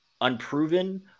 unproven